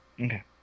Okay